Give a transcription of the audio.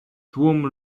tłum